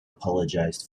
apologized